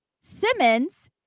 Simmons